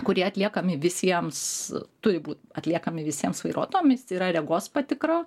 kurie atliekami visiems turi būti atliekami visiems vairuotojams yra regos patikra